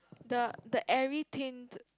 the the every tint